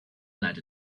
let